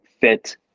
fit